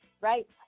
Right